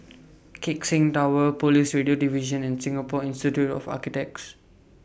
Keck Seng Tower Police Radio Division and Singapore Institute of Architects